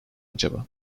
acaba